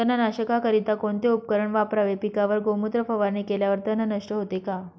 तणनाशकाकरिता कोणते उपकरण वापरावे? पिकावर गोमूत्र फवारणी केल्यावर तण नष्ट होते का?